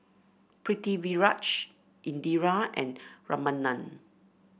Pritiviraj Indira and Ramanand